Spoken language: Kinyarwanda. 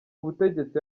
ubutegetsi